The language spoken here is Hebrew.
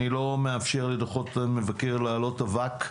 אני לא מאפשר לדוחות המבקר להעלות אבק,